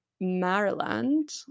Maryland